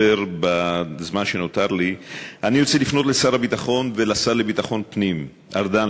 בזמן שנותר לי אני רוצה לפנות לשר הביטחון ולשר לביטחון פנים ארדן,